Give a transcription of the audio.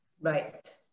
right